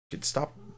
Stop